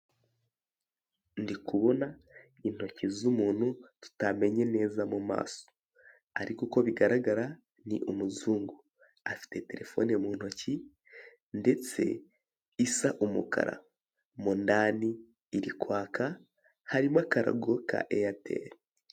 Ndikubona intoki z'umuntu tutamenye neza mu maso. Ariko uko bigaragara ni umuzungu afite telefone mu ntoki, ndetse isa umukara mo indani irikwaka, harimo akarago ka eyateli.